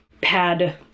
pad